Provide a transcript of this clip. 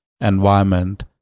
environment